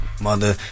mother